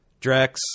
Drex